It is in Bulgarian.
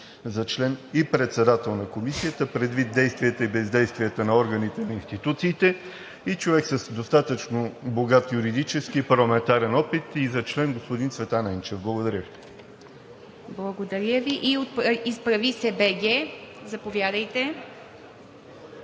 за член и председател на Комисията предвид действията и бездействията на органите и институциите и човек с достатъчно богат юридически и парламентарен опит, и за член господин Цветан Енчев. Благодаря Ви. ПРЕДСЕДАТЕЛ ИВА МИТЕВА: Благодаря